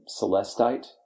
Celestite